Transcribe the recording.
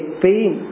pain